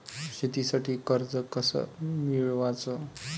शेतीसाठी कर्ज कस मिळवाच?